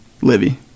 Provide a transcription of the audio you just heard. Libby